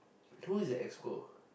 who is the exco